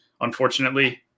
unfortunately